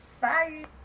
bye